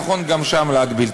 נכון גם שם להגביל.